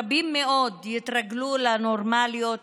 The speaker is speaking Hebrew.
רבים מאוד יתרגלו לנורמליות